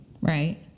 right